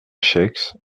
chaix